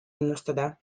ennustada